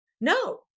No